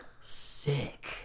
sick